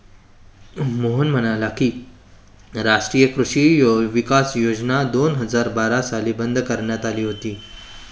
मोहन म्हणाले की, राष्ट्रीय कृषी विकास योजना दोन हजार बारा साली बंद करण्यात आली होती